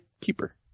keeper